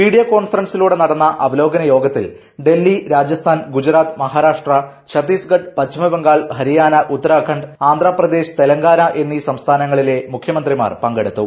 video കോൺഫാൻസിലൂടെ നടന്ന അവലോകന യോഗത്തിൽ ഡൽഹി രാജസ്ഥാൻ ഗുജറാത്ത് മഹാരാഷ്ട്ര ഛത്തീസ്ഗഡ് പശ്ചിമബംഗാൾ ഹരിയാന ഉത്തരാഖണ്ഡ് ആന്ധ്രപ്രദേശ് തെലങ്കാന എന്നീ സംസ്ഥാനങ്ങളിലെ മുഖ്യമന്ത്രിമാർ പങ്കെടുത്തു